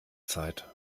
zeit